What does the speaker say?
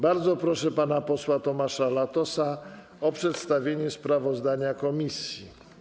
Bardzo proszę pana posła Tomasza Latosa o przedstawienie sprawozdania komisji.